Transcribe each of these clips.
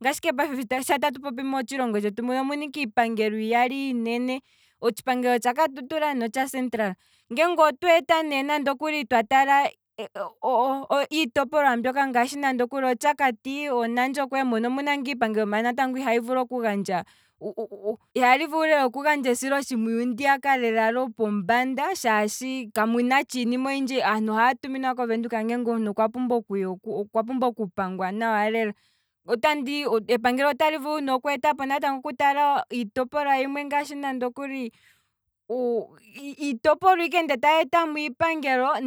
Ngashi ike sho tatu popi payife ngino motshilongo tshetu omuna ike iipangelo iyali iinene, otshipangelo tshakatutura notsha central, ngeenge otweta ne nenge twa tala iitopolwa yimwe ngaashi oshakati. Onandjokwe mono omuna ngaa iipangelo maala natango ihayi vulu okugandja, ihayi vulu lela natango okugandja esilo tshimpwiyu ndiya lela lyopombanda shaashi, kmuna tsha iinima oyindji, aantu ohaya tuminwa kovenduka ngeenge okwa pumbwa okuya, okwa pumbwa okupangwa nawa lela, epagelo otali vulu okweetapo natango oku tala iitopolwa yimwe ndee taya etamo iipangelo,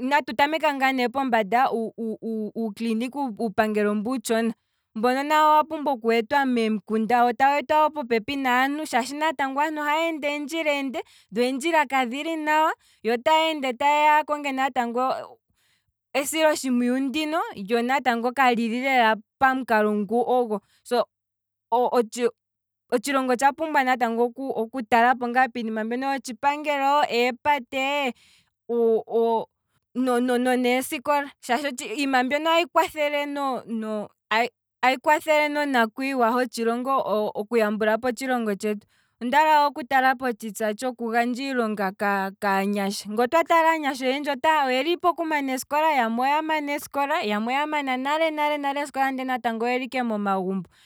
inatu tameka ngaa ne pombanda, uuclinic uupangelo ngaa mbu uutshona, mbono nawo owa pumbwa okweetwa momikunda wo tawu etwa ne popepi naantu, shaashi natango aantu ohaya ende eendjila eende, dho eendjila kadhili nawa, yo otaya ende natango taye ya yakonge esilo tshimpuyu ndino, lyo natango ka lili lela pamukalo ngu ogo, so, otshi otshi longo otsha pumbwa natango oku talapo ngaa pinima mbyono yotshipangelo, eepte, no- no- neesikola, shaashi iinima mbyono ayi kwathele no- no- no ayi kwathele nona kwiiwa hotshilongo oku yambulapo otshilongo tshetu, ondaala wo oku tala potshitsa tshoku gandja iilonga kaanyasha, nge otwa tala aanyasha oyendji oyeli pokumana eesikola, yamwe oya mana nale, ya mwe oya mana nale nale esikola ndele oyeli ike momagumbo